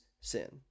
sin